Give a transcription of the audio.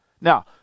Now